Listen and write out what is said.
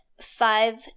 five